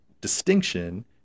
distinction